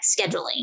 scheduling